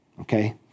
Okay